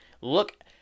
Look